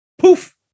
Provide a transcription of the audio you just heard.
poof